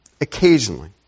occasionally